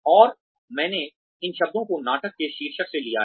और मैंने इन शब्दों को नाटक के शीर्षक से लिया है